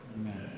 Amen